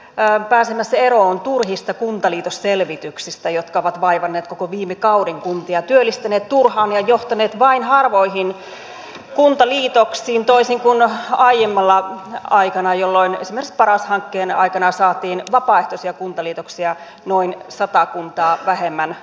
ollaan esimerkiksi pääsemässä eroon turhista kuntaliitosselvityksistä jotka ovat vaivanneet kuntia koko viime kauden työllistäneet turhaan ja johtaneet vain harvoihin kuntaliitoksiin toisin kuin aiempana aikana jolloin esimerkiksi paras hankkeen aikana saatiin vapaaehtoisia kuntaliitoksia noin sata kuntaa vähemmän lopputuloksena